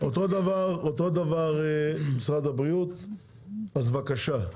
אותו דבר, משרד הבריאות, אז בבקשה.